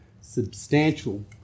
substantial